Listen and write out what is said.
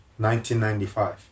1995